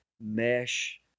mesh